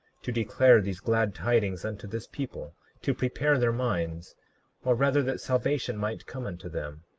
to declare these glad tidings unto this people to prepare their minds or rather that salvation might come unto them,